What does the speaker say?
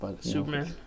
Superman